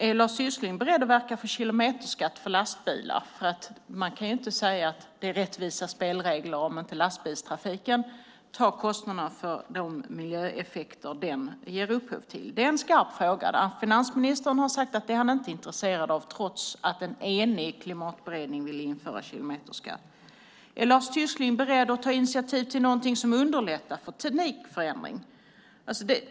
Är Lars Tysklind beredd att verka för kilometerskatt för lastbilar? Man kan inte säga att det är rättvisa spelregler om inte lastbilstrafiken tar kostnaderna för de miljöeffekter den ger upphov till. Det är en skarp fråga. Finansministern har sagt att han inte är intresserad av detta, trots att en enig klimatberedning vill införa kilometerskatt. Är Lars Tysklind beredd att ta initiativ till någonting som underlättar för teknikförändring?